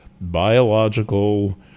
biological